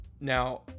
now